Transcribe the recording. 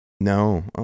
No